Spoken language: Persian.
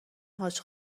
حاج